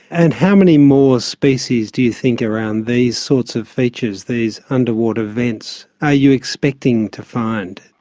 and how many more species do you think around these sorts of features, these underwater vents, are you expecting to find?